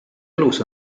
elus